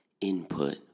input